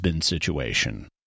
situation